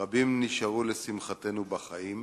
רבים נשארו, לשמחתנו, בחיים.